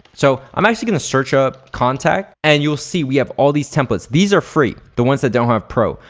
so, i'm actually gonna search up contact and you'll see we have all these templates. these are free, the ones that don't have pro.